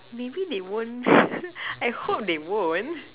maybe they won't I hope they won't